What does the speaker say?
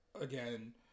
again